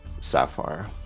Sapphire